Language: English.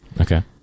Okay